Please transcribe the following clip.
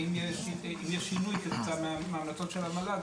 ואם יש שינוי כתוצאה מההמלצות של המל"ג,